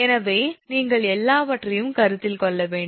எனவே நீங்கள் எல்லாவற்றையும் கருத்தில் கொள்ள வேண்டும்